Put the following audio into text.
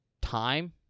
time